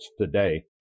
today